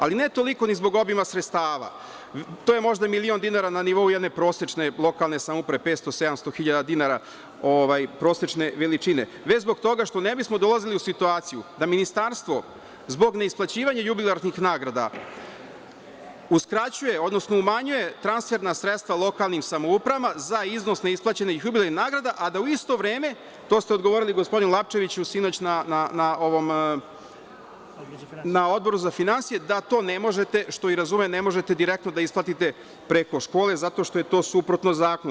Ali, ne toliko ni zbog obima sredstava, to je možda milion dinara na nivou jedne prosečne lokalne samouprave, 500, 700 hiljada dinara prosečne veličine, već zbog toga što ne bismo dolazili u situaciju da Ministarstvo zbog neisplaćivanja jubilarnih nagrada uskraćuje, odnosno umanjuje transferna sredstva lokalnim samoupravama za iznos neisplaćenih jubilarnih nagrada, a da u isto vreme, to ste odgovorili gospodinu Lapčeviću sinoć na Odboru za finansije, da to ne možete, što i razumete, ne možete direktno da isplatite preko škole, zato što je to suprotno zakonu.